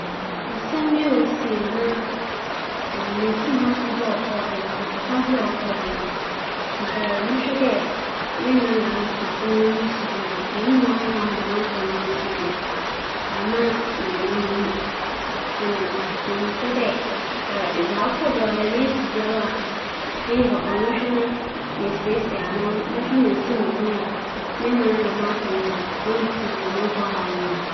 Nkyɛ ndaawͻtwe a abasin yi, meresan m'ekyir m'akͻ mu a, nkyɛ dza mebɛyɛ nye dɛ, mokͻr fie na mbom nna anka meda ho mowͻ fie osiandɛ ndzɛmba pii afa m'ekyir a ne nyinara osian dza nna merebɛyɛ ntsi medanee gyae. Ntsi sɛ mutum kͻ ndaawͻtwe a ͻbɛsinee no mu a, nkyɛ mebɛtsena fie agye m'enyi kakra ana maaba.